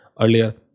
earlier